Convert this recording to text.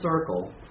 circle